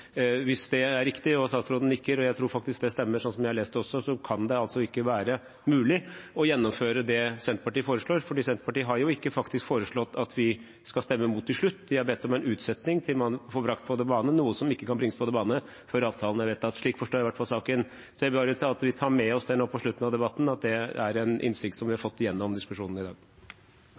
Hvis det er riktig – statsråden nikker, og jeg tror det stemmer, slik jeg har lest det – er det ikke mulig å gjennomføre det Senterpartiet foreslår, for Senterpartiet har faktisk ikke foreslått at vi skal stemme imot til slutt. De har bedt om en utsettelse til man får brakt på banen noe som ikke kan bringes på banen før avtalen er vedtatt. Slik forstår jeg i hvert fall saken. Jeg vil bare at vi tar med oss det på slutten av debatten, at det er en innsikt vi har fått gjennom diskusjonen i dag.